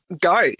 go